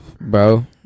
Bro